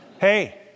Hey